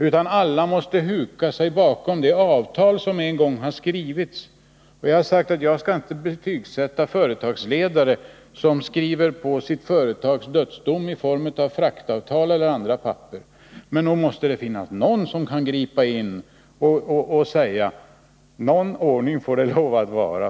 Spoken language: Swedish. Måste alla huka sig bakom det avtal som en gång har skrivits? Jag har sagt att jaginte skall betygsätta företagsledare som skriver på sitt företags dödsdom i form av fraktavtal och andra papper. Men nog måste det finnas någon som kan gripa in och säga: Någon ordning får det lov att vara!